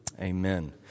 Amen